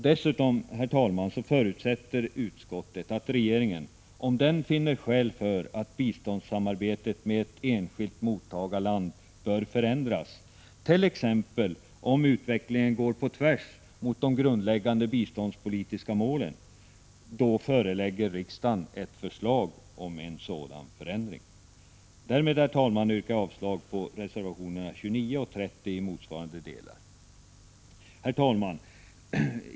Dessutom, herr talman, förutsätter utskottet att regeringen, om den finner skäl för att biståndssamarbetet med ett enskilt mottagarland skall förändras, t.ex. om utvecklingen går på tvärs mot de grundläggande biståndspolitiska målen, förelägger riksdagen förslag om en sådan förändring. Därmed, herr talman, yrkar jag avslag på reservationerna 29 och 30 i 47 motsvarande delar. Prot. 1985/86:117 Herr talman!